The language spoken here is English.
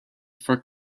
for